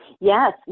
Yes